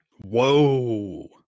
Whoa